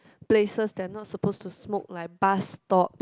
places that not supposed to smoke like bus stop